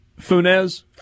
Funes